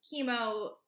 chemo